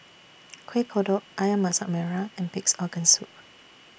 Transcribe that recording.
Kueh Kodok Ayam Masak Merah and Pig'S Organ Soup